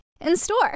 In-store